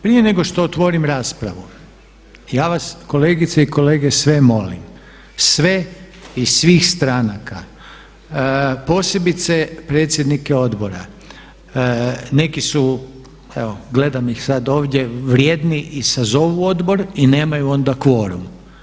Prije nego što otvorim raspravu ja vas kolegice i kolege sve molim, sve iz svih stranaka posebice predsjednike odbora, neki su evo gledam ih sad ovdje vrijedni i sazovu odbor i nemaju onda kvorum.